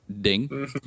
ding